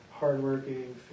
hardworking